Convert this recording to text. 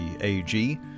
AG